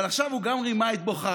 אבל עכשיו הוא גם רימה את בוחריו,